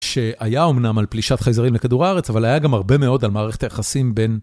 שהיה אמנם על פלישת חייזרים לכדור הארץ, אבל היה גם הרבה מאוד על מערכת היחסים בין...